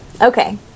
okay